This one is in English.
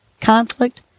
conflict